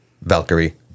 Valkyrie